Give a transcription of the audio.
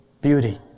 beauty